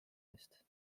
eest